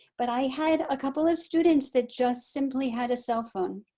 but i had a couple of students that just simply had a cellphone.